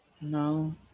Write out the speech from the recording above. No